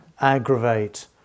aggravate